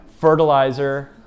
fertilizer